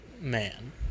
man